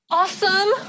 awesome